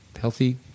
healthy